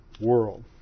world